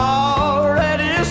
already